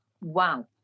Wow